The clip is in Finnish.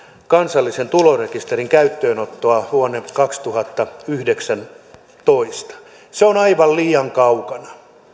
kansallisen tulorekisterin käyttöönottoa vuonna kaksituhattayhdeksäntoista se on aivan liian kaukana